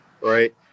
right